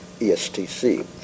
ESTC